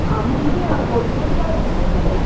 आम्ही कोथरूडला राहतो पुण्यात